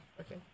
Okay